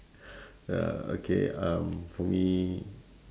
ya okay um for me